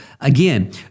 again